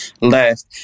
left